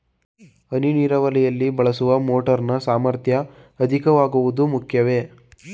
ಹನಿ ನೀರಾವರಿಯಲ್ಲಿ ಬಳಸುವ ಮೋಟಾರ್ ನ ಸಾಮರ್ಥ್ಯ ಅಧಿಕವಾಗಿರುವುದು ಮುಖ್ಯವೇ?